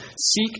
seek